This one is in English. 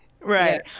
Right